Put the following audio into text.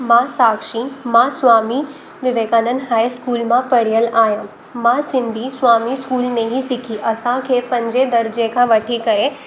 मां साक्षी मां स्वामी विवेकानंद हाईस्कूल मां पढ़ियल आहियां मां सिंधी स्वामी स्कूल में ई सिखी असांखे पंजे दर्जे खां वठी करे